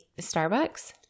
starbucks